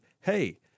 Hey